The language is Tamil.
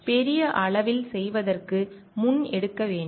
பெரிய அளவில் செய்வதற்கு முன் எடுக்க வேண்டும்